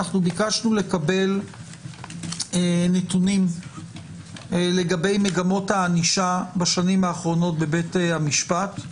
אנחנו ביקשנו לקבל נתונים לגבי מגמות הענישה בשנים האחרונות בבית המשפט.